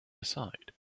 aside